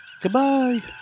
Goodbye